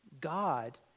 God